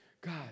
God